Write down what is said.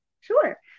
sure